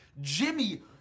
Jimmy